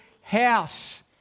house